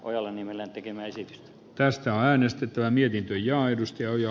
ojala niemelän tekemää esitystä tästä äänestetään mietitty ja aidosti ujo